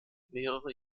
mehrere